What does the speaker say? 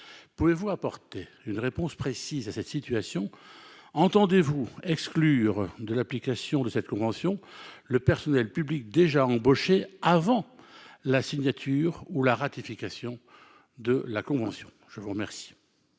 pouvez-vous apporter une réponse précise à cette situation, entendez-vous exclure de l'application de cette convention, le personnel public déjà embauchés avant la signature ou la ratification de la convention, je vous remercie.